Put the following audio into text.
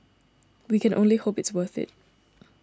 we can only hope it's worth it